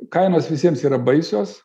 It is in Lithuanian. kainos visiems yra baisios